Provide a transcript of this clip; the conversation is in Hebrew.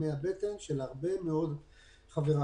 זעקה מהבטן של הרבה מאוד מחבריי.